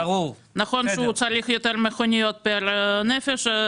נכון שהוא צריך יותר מכוניות פר לנפש,